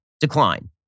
decline